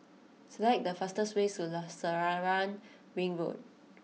select the fastest way Selarang Ring Road